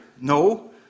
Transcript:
No